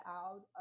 out